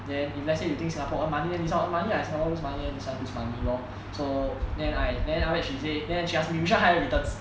then if let's say you think singapore earns money then this one earn lah if singapore lose money then this lose money lor so then I then wait she said she asked me which one higher returns